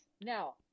Now